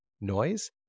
noise